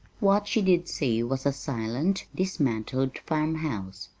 what she did see was a silent, dismantled farmhouse,